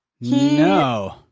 No